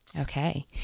Okay